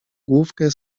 główkę